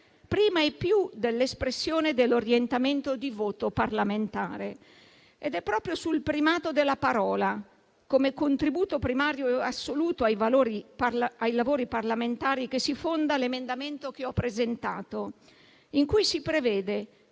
prima e più dell'espressione dell'orientamento di voto parlamentare. Ed è proprio sul primato della parola come contributo primario e assoluto ai lavori parlamentari che si fonda l'emendamento che ho presentato, in cui si prevede